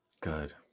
Good